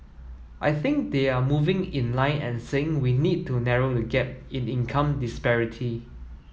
I think they are moving in line and saying we need to narrow the gap in income disparity